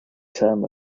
term